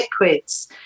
liquids